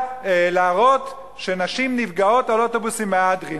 להראות שנשים נפגעות באוטובוסים "מהדרין".